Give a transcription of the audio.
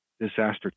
disaster